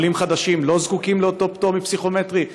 עולים חדשים לא זקוקים לאותו פטור מפסיכומטרי?